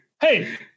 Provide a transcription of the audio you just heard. Hey